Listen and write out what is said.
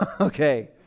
Okay